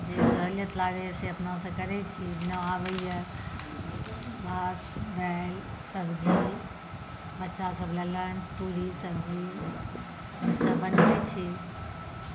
जे सहूलियत लागैए से अपनासँ करै छी जेना आबैए भात दालि सब्जी बच्चा सभ ला लन्च पुरी सब्जी ई सभ बनबै छी